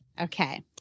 Okay